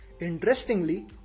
Interestingly